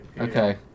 Okay